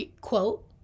Quote